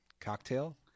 Cocktail